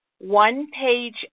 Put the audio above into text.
one-page